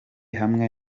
hamwe